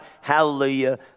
Hallelujah